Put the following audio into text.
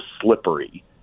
slippery